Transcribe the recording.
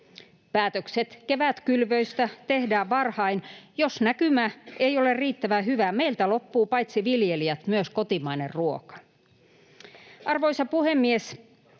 Päätökset kevätkylvöistä tehdään varhain. Jos näkymä ei ole riittävän hyvä, meiltä loppuu paitsi viljelijät myös kotimainen ruoka. Arvoisa puhemies!